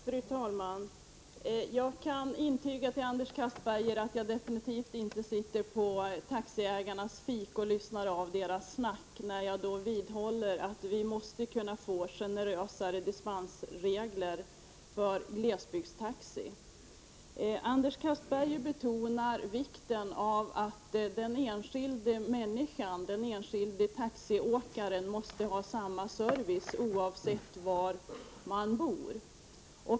Fru talman! Jag kan intyga för Anders Castberger att jag definitivt inte sitter på taxifiken och lyssnar på taxiägarnas snack. Jag vidhåller att vi måste få generösare dispensregler för glesbygdstaxi. Anders Castberger betonar vikten av att den enskilde taxiåkaren ger samma service, oavsett var man bor.